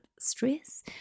stress